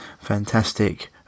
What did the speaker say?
fantastic